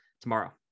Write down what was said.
tomorrow